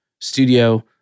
studio